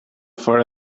for